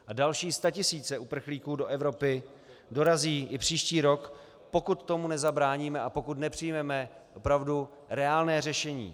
A další statisíce uprchlíků do Evropy dorazí i příští rok, pokud tomu nezabráníme a pokud nepřijmeme opravdu reálné řešení.